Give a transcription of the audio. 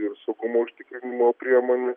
ir saugumo užtikrinimo priemonių